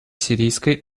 сирийской